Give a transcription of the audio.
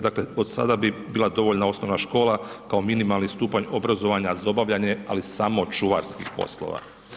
Dakle, od sada bi bila dovoljna škola kao minimalni stupanj obrazovanja za obavljanje ali samo čuvarskih poslova.